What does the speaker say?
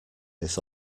this